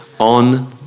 On